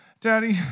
Daddy